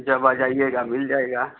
जब आ जाइएगा मिल जाएगा